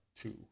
two